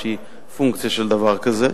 שהיא פונקציה של דבר כזה,